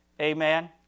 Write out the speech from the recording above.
Amen